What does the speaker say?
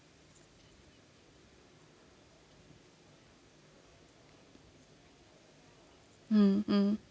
mm mm